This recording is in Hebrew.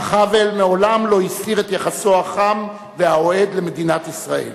אך האוול מעולם לא הסתיר את יחסו החם והאוהד למדינת ישראל.